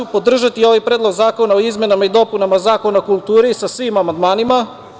Podržaću ovaj Predlog zakona o izmenama i dopunama Zakona o kulturi, sa svim amandmanima.